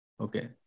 Okay